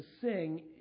sing